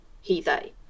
he-they